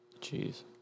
Jeez